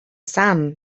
sand